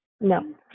no